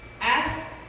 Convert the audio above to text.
ask